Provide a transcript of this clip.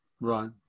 right